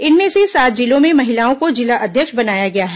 इनमें से सात जिलों में महिलाओं को जिला अध्यक्ष बनाया गया है